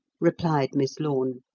replied miss lorne.